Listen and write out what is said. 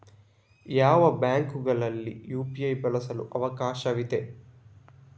ಯಾವ ಬ್ಯಾಂಕುಗಳಲ್ಲಿ ಯು.ಪಿ.ಐ ಬಳಸಲು ಅವಕಾಶವಿದೆ?